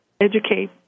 educate